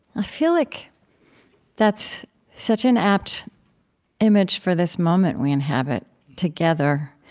i feel like that's such an apt image for this moment we inhabit together,